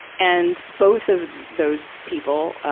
and both of those people, ah,